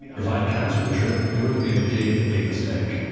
if i'd cancelled the trip, it would have been a big, big mistake.